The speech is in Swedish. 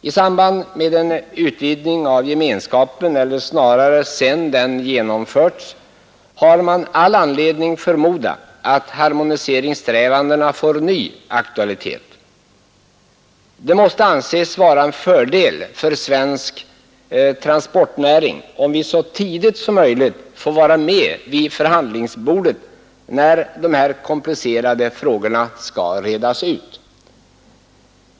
I samband med en utvidgning av gemenskapen, eller snarare sedan den genomförts, har man all anledning förmoda att harmoniseringssträvandena får ny aktualitet. Det måste anses vara en fördel för svensk transportnäring, om vi så tidigt som möjligt får vara med vid förhandlingsbordet, när dessa komplicerade frågor skall redas ut.